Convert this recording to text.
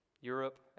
Europe